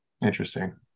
interesting